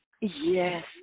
Yes